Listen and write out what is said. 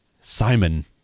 simon